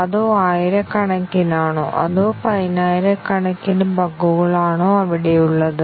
അതതോ ആയിരക്കണക്കിനാണോ അതോ പതിനായിരക്കണക്കിന് ബഗുകളാണോ അവിടെയുള്ളത്